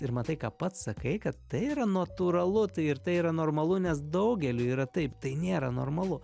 ir matai ką pats sakai kad tai yra natūralu ir tai yra normalu nes daugeliui yra taip tai nėra normalu